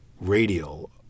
radial